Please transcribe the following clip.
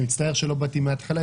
אני מצטער שלא באתי מההתחלה,